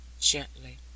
gently